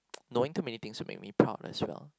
knowing too many things will make proud as well